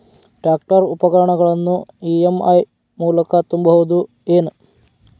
Tractor ಉಪಕರಣಗಳನ್ನು EMI ಮೂಲಕ ತುಂಬಬಹುದ ಏನ್?